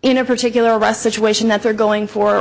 in a particular us situation that they're going for